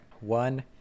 One